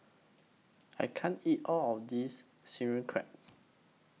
I can't eat All of This Sauerkraut